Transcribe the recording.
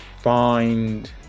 find